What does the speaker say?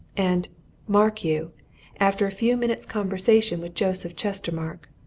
and mark you after a few minutes' conversation with joseph chestermarke.